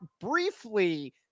briefly